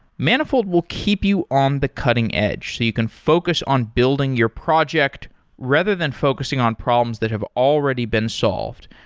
manifold will keep you on the cutting-edge so you can focus on building your project rather than focusing on problems that have already been solved.